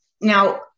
Now